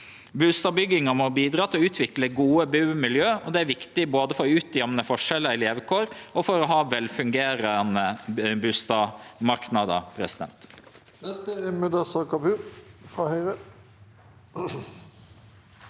Bustadbygginga må bidra til å utvikle gode bumiljø. Det er viktig både for å utjamne forskjellar i levekår og for å ha velfungerande bustadmarknader.